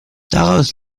daraus